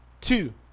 two